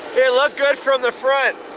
looked good from the front!